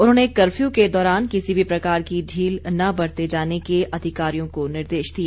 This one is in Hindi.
उन्होंने कर्फ्यू के दौरान किसी भी प्रकार की ढील न बरते जाने के अधिकारियों को निर्देश दिए